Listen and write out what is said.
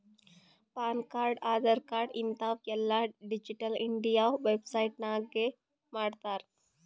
PAN card, Aadhaar card ಹಿಂತಾವ್ ಎಲ್ಲಾ digital India website ನಾಗೆ ಮಾಡ್ತಾರ್